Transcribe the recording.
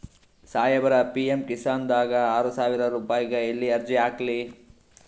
ಸಾಹೇಬರ, ಪಿ.ಎಮ್ ಕಿಸಾನ್ ದಾಗ ಆರಸಾವಿರ ರುಪಾಯಿಗ ಎಲ್ಲಿ ಅರ್ಜಿ ಹಾಕ್ಲಿ?